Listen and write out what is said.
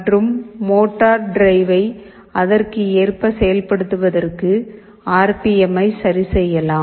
மற்றும் மோட்டார் டிரைவை அதற்கேற்ப செயல்படுத்துவதற்கு ஆர் பி எம்மை சரிசெய்யலாம்